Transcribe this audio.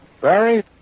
Barry